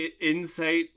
insight